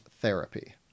therapy